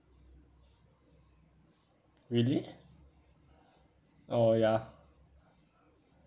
really oh ya